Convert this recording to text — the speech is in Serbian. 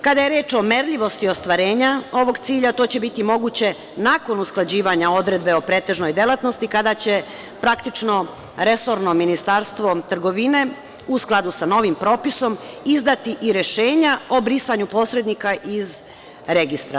Kada je reč o merljivosti ostvarenja ovog cilja, to će biti moguće nakon usklađivanja odredbe o pretežnoj delatnosti, kada će praktično resorno Ministarstvo trgovine, u skladu sa novim propisom, izdati i rešenja o brisanju posrednika iz registra.